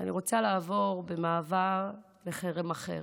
ואני רוצה לעבור לחרם אחר,